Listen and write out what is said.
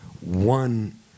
one